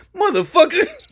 Motherfucker